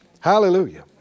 Hallelujah